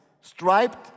striped